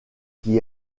qui